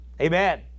Amen